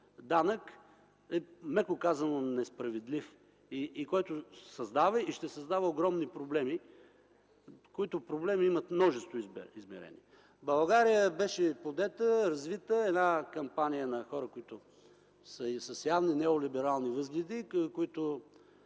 данък, меко казано несправедлив, създава и ще създава огромни проблеми, които имат множество измерения? В България беше подета, развита една кампания на хора, които са с явни неолиберални възгледи, които